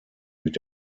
mit